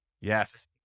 Yes